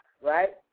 Right